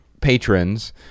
patrons